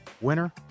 Winner